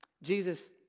Jesus